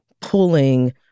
pulling